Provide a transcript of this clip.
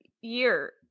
year